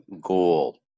goal